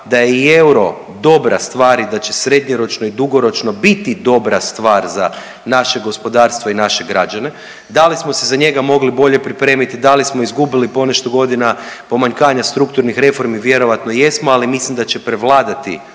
da je i euro dobra stvar i da će srednjoročno i dugoročno biti dobra stvar za naše gospodarstvo i naše građane. Da li smo se za njega mogli bolje pripremiti, da li smo izgubili ponešto godina pomanjkanja strukturnih reformi vjerojatno jesmo, ali mislim da će prevladati